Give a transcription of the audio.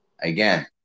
Again